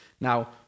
now